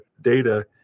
data